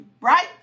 right